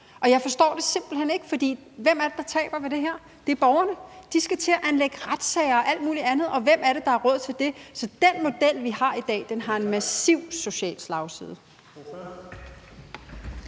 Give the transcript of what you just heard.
Og jeg forstår det simpelt hen ikke, for hvem er det, der taber ved det her? Det er borgerne. De skal til at anlægge retssager og alt muligt andet, og hvem er det, der har råd til det? Så den model, vi har i dag, har en massiv social slagside.